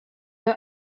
they